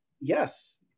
Yes